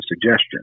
suggestion